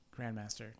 Grandmaster